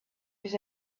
his